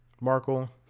Markle